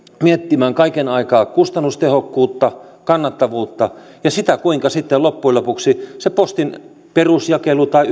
miettimään kaiken aikaa kustannustehokkuutta kannattavuutta ja sitä kuinka sitten loppujen lopuksi se postin perusjakelu tai